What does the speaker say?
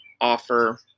offer